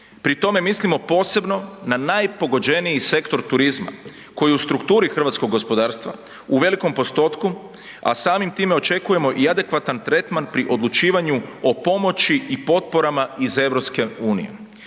Pri tome mislimo posebno na najpogođeniji sektor turizma koji u strukturi hrvatskog gospodarstva u velikom postotku, a samim time očekujemo i adekvatan tretman pri odlučivanju o pomoći i potporama iz EU.